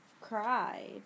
cried